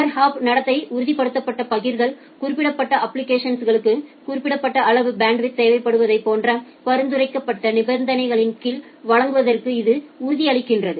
per hop நடத்தைக்கு உறுதிப்படுத்தப்பட்ட பகிர்தல் குறிப்பிட்ட அப்ப்ளிகேஷன்ஸ்க்கு குறிப்பிட்ட அளவு பேண்ட்வித் தேவைப்படுவதைப் போன்ற பரிந்துரைக்கப்பட்ட நிபந்தனையின் கீழ் வழங்குவதற்கு இது உறுதியளிக்கிறது